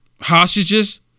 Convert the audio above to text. hostages